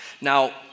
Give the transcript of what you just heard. Now